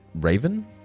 Raven